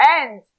end